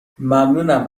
ممنونم